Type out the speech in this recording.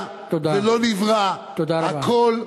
זה לא היה, זה לא נברא, הכול שנאה,